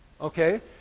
Okay